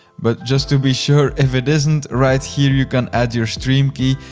but, just to be sure, if it isn't, right here you can add your stream key.